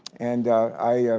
and i,